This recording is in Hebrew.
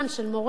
של מורה,